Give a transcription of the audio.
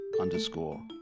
underscore